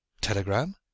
Telegram